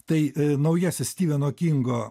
tai naujasis stiveno kingo